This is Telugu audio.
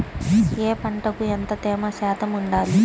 ఏ పంటకు ఎంత తేమ శాతం ఉండాలి?